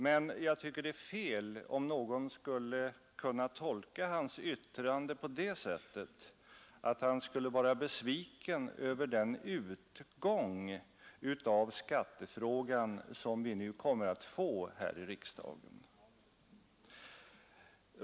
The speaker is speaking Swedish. Men jag tycker det är beklagligt om någon skulle kunna tolka hans yttrande på det sättet att han skulle vara besviken över den utgång av skattefrågan som vi nu kommer att få här i riksdagen.